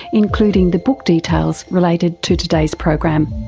including the book details related to today's program.